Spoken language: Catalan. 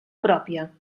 pròpia